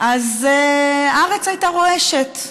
אז הארץ הייתה רועשת.